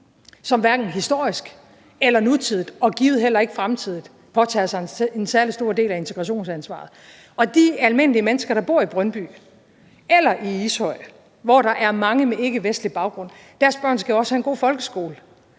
som hverken historisk eller nutidigt og givet heller ikke fremtidigt påtager sig en særlig stor del af integrationsansvaret. Og i forhold til de almindelige mennesker, der bor i Brøndby eller i Ishøj, hvor der er mange med ikkevestlig baggrund: Deres børn skal også have en god folkeskole,